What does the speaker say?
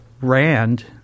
Rand